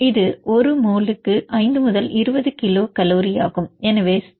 இது ஒரு மோலுக்கு 5 முதல் 20 கிலோ கலோராகும்5 10 Kcalmole